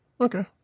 Okay